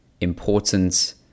important